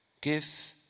give